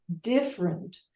different